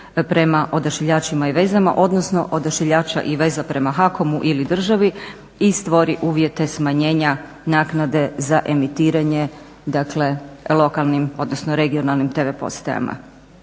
prema Odašiljačima i vezama odnosno Odašiljača i veza prema HAKOM-u ili državi i stvori uvjete smanjenja naknade za emitiranje lokalnim odnosno regionalnim TV postajama.